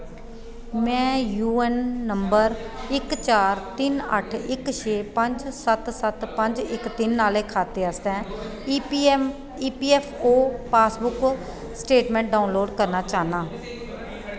में U A N number इक चार तिन अट्ठ इक छे पंज सत्त सत्त पंज इक तिन आह्ले खाते आस्तै E P M E P F O passbook statement download करना चाह्न्नां